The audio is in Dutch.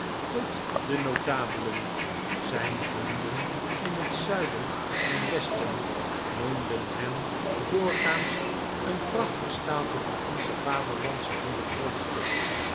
tot de notabelen zijn vrienden in het zuiden en westen noemden hem doorgaans een prachtig staaltje van onze vaderlandsche ruwe grondstof